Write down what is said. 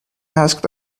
asked